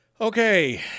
Okay